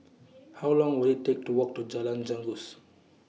How Long Will IT Take to Walk to Jalan Janggus